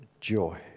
joy